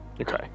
Okay